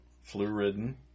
flu-ridden